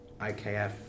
IKF